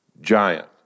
giant